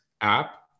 app